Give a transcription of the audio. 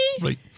Right